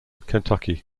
kentucky